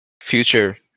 future